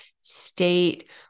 state